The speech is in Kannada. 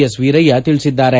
ಎಸ್ ವೀರಯ್ಲ ತಿಳಿಸಿದ್ದಾರೆ